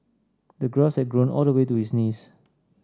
the grass had grown all the way to his knees